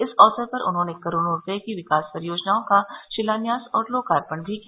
इस अवसर पर उन्होंने करोड़ों रूपये की विकास परियोजनाओं का शिलान्यास और लोकार्पण भी किया